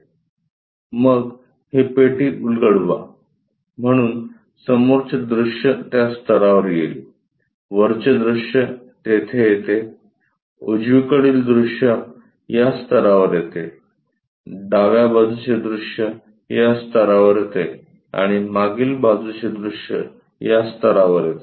मग ही पेटी उलगडवा म्हणून समोरचे दृश्य या स्तरावर येईल वरचे दृश्य तेथे येते उजवीकडील दृश्य या स्तरावर येते डाव्या बाजूचे दृश्य त्या स्तरावर येते आणि मागील बाजूचे दृश्य या स्तरावर येते